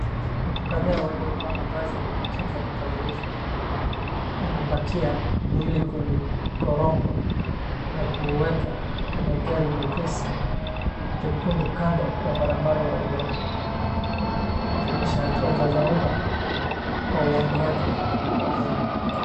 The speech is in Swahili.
Watu kadhaa waliovaa mavazi ya kujikinga kikamilifu wanapakia mwili kwenye korongo na kuuweka kwenye gari nyepesi jekundu kando ya barabara ya udongo, wakionyesha hatua za dharura au uondoaji wa wagonjwa.